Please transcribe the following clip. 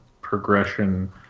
progression